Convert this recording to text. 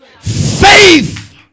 Faith